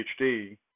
PhD